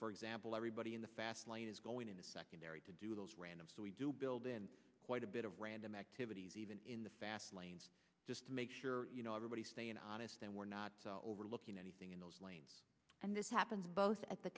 for example everybody in the fast lane is going into secondary to do those random so we do build in quite a bit of random activities even in the fast lane just to make sure everybody stay in honest and we're not overlooking anything in those lanes and this happens both at the